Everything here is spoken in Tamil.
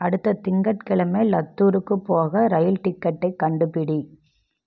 அடுத்த திங்கட்கிழமை லத்தூருக்குப் போக ரயில் டிக்கெட்டைக் கண்டுபிடி